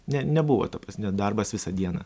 ne nebuvo ta prasme darbas visą dieną